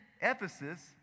Ephesus